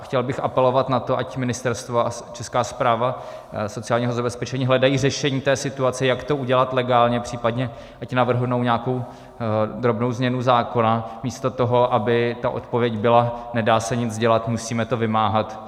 Chtěl bych apelovat na to, aby ministerstvo a Česká správa sociálního zabezpečení hledaly řešení té situace, jak to udělat legálně, případně ať navrhnou nějakou drobnou změnu zákona místo toho, aby ta odpověď byla: nedá se nic dělat, musíme to vymáhat.